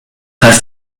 heißt